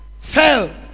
fell